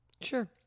sure